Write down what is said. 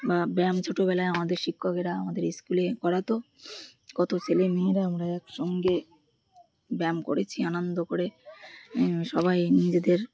বা ব্যায়াম ছোটোবেলায় আমাদের শিক্ষকেরা আমাদের স্কুলে করাত কত ছেলে মেয়েরা আমরা একসঙ্গে ব্যায়াম করেছি আনন্দ করে সবাই নিজেদের